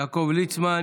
יעקב ליצמן,